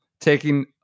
taking